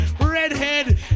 Redhead